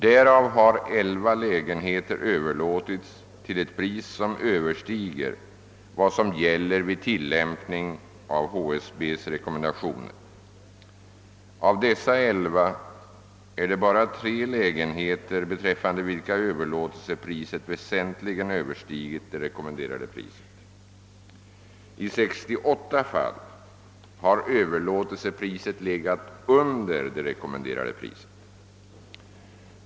Därav har 11 lägenheter överlåtits till ett pris som överstiger vad som gäller vid.tillämpning av HSB:s rekommendation. Av dessa är det endast 3 lägenheter beträffande vilka överlåtelsepriset väsentligen överstigit det rekommenderade priset. I 68 fall har överlåtelsepriset legat under det rekommenderade priset.